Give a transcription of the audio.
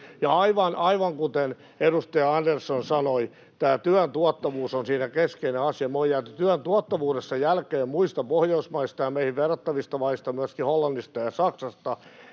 Aivan kuten edustaja Andersson sanoi, työn tuottavuus on siinä keskeinen asia. Me ollaan jääty työn tuottavuudessa jälkeen muista Pohjoismaista ja meihin verrattavista maista, myöskin Hollannista ja Saksasta.